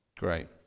Great